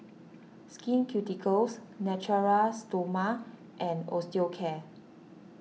Skin Ceuticals Natura Stoma and Osteocare